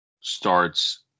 Starts